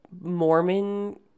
Mormon